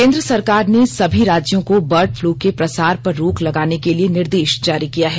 केंद्र सरकार ने सभी राज्यों को बर्ड फ्लू के प्रसार पर रोक लगाने के लिए निर्देश जारी किया है